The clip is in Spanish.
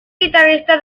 guitarrista